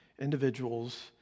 individuals